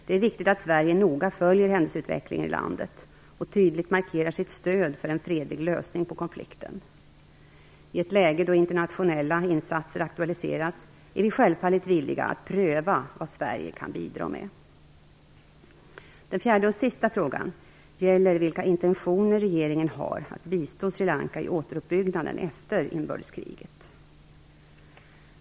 Det är viktigt att Sverige noga följer händelseutvecklingen i landet och tydligt markerar sitt stöd för en fredlig lösning på konflikten. I ett läge då internationella insatser aktualiseras är vi självfallet villiga att pröva vad Sverige kan bidraga med. Den fjärde och sista frågan gäller vilka intentioner regeringen har att bistå Sri Lanka i återuppbyggnaden efter inbördeskriget.